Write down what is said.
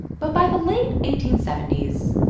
but by the late eighteen seventy s,